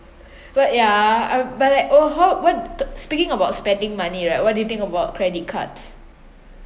but ya I but like oh how what speaking about spending money right what do you think about credit cards